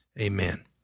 amen